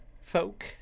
folk